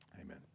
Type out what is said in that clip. Amen